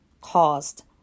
caused